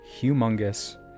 humongous